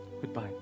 Goodbye